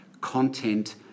content